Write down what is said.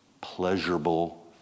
pleasurable